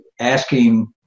asking